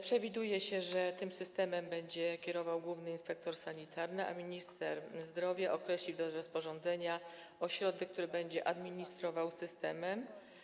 Przewiduje się, że tym systemem będzie kierował główny inspektor sanitarny, a minister zdrowia określi w drodze rozporządzenia ośrodek, który będzie administrował systemem.